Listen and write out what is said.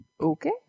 Okay